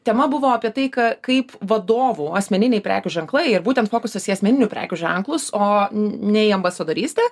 tema buvo apie tai ką kaip vadovų asmeniniai prekių ženklai ir būtent fokusas į asmeninių prekių ženklus o ne į ambasadorystę